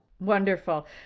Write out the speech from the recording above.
Wonderful